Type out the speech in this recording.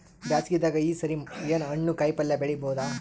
ಬ್ಯಾಸಗಿ ದಾಗ ಈ ಸರಿ ಏನ್ ಹಣ್ಣು, ಕಾಯಿ ಪಲ್ಯ ಬೆಳಿ ಬಹುದ?